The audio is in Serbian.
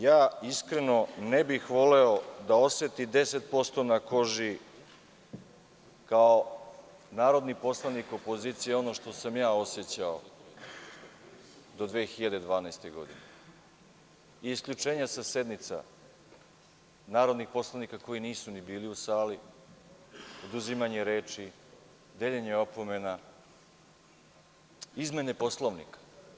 Ja iskreno ne bih voleo da oseti 10% na koži kao narodni poslanik opozicije ono što sam ja osećao do 2012. godine, isključenja sa sednica narodnih poslanika koji nisu bili u sali, oduzimanje reči, deljenje opomena, izmene Poslovnika.